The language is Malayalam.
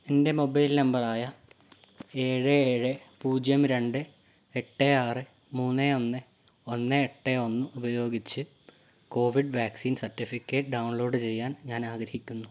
എൻറ്റെ മൊബൈൽ നമ്പറായ ഏഴ് ഏഴ് പൂജ്യം രണ്ട് എട്ട് ആറ് മൂന്ന് ഒന്ന് ഒന്ന് എട്ട് ഒന്ന് ഉപയോഗിച്ച് കോവിഡ് വാക്സിൻ സർട്ടിഫിക്കറ്റ് ഡൗൺലോഡ് ചെയ്യാൻ ഞാൻ ആഗ്രഹിക്കുന്നു